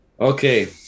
Okay